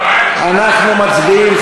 אנחנו מצביעים,